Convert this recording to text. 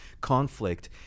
conflict